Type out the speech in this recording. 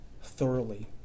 thoroughly